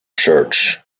church